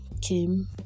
came